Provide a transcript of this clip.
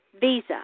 visa